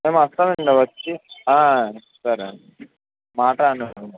మేమొస్తామండి వచ్చి ఆ సరేనండి మాట రానివ్వమండి